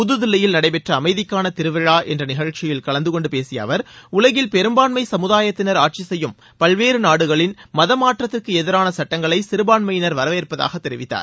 புதுதில்லியில் நடைபெற்ற அமைதிக்காள திருவிழா என்ற நிகழ்ச்சியில் கலந்துகொண்டு பேசிய அவர் உலகில் பெரும்பான்மை சமுதாயத்தினா் ஆட்சி செய்யும் பல்வேறு நாடுகளின் மதமாற்றத்திற்கு எதிரான சட்டங்களை சிறுபான்மையினர் வரவேற்பதாக தெரிவித்தார்